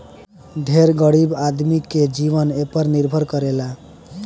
ढेर गरीब आदमी के जीवन एपर निर्भर करेला